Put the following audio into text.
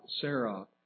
Sarah